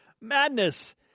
Madness